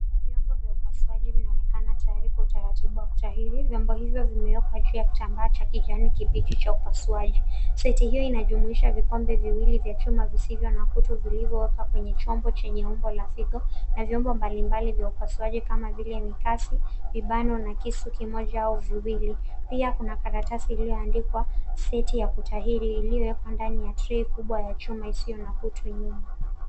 Vyombo vya upasuaji vinaonekana tayari kwa utaratibu wa kutahiri. Vyombo hivyo vimewekwa juu ya kitambaa cha kijani kibichi cha upasuaji. Seti hiyo inajumuisha vikombe viwili vya chuma visivyo na kutu vilivyowekwa kwenye chombo chenye umbo la figo na vyombo mbali mbali vya upasuaji kama vile: makasi, vibano na kisu kimoja au viwili. Pia kuna karatasi iliyoandikwa seti ya kutahiri, iliyowekwa ndani ya tray kubwa ya chuma isiyo na kutu.